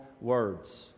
words